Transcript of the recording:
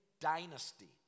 dynasty